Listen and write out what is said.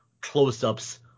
close-ups